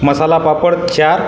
मसाला पापड चार